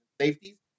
safeties